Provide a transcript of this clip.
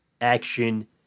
action